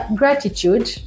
gratitude